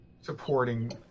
supporting